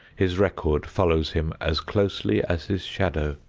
his record follows him as closely as his shadow.